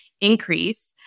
increase